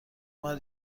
مرا